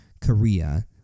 Korea